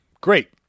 Great